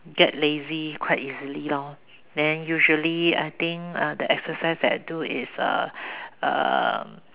get lazy quite easily lor then usually I think uh the exercise that I do is uh um